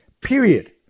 period